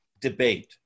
debate